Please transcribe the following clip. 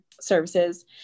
services